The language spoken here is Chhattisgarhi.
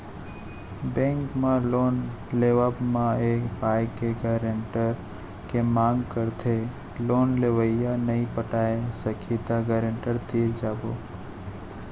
बेंक ह लोन देवब म ए पाय के गारेंटर के मांग करथे लोन लेवइया नइ पटाय सकही त गारेंटर तीर जाबो